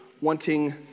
wanting